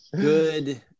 good